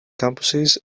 campuses